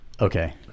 Okay